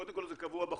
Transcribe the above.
קודם כל זה קבוע בחוק,